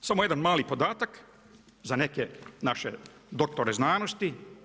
Samo jedan mali podatak, za neke naše doktore znanosti.